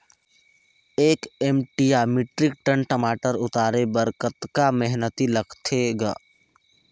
एक एम.टी या metric tonne टमाटर उतारे बर कतका मेहनती लगथे ग?